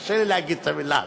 קשה לי להגיד את המילה הזאת.